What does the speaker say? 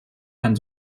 kann